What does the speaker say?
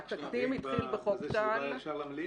התקדים התחיל בחוק טל.